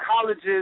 colleges